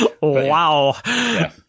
wow